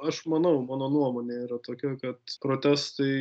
aš manau mano nuomonė yra tokia kad protestai